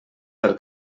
del